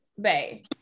Bay